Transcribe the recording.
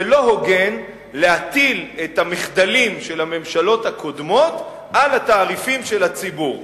זה לא הוגן להטיל את המחדלים של הממשלות הקודמות על התעריפים של הציבור.